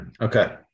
Okay